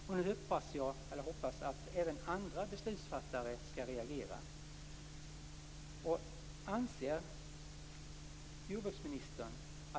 Jag hoppas nu att även andra beslutsfattare skall reagera.